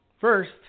first